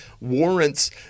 Warrant's